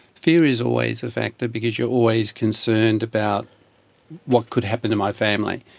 fear is always a factor because you're always concerned about what could happen to my family,